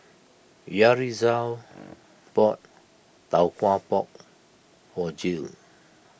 Yaritza bought Tau Kwa Pau for Jill